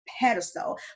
pedestal